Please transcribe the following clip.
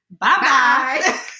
bye-bye